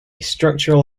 structural